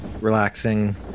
relaxing